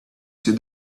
see